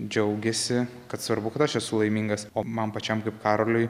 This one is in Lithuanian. džiaugiasi kad svarbu kad aš esu laimingas o man pačiam kaip karoliui